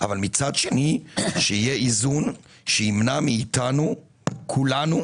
אבל מצד שני שיהיה איזון שימנע מאתנו כולנו